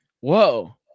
whoa